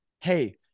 Hey